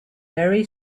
very